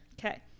Okay